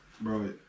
Bro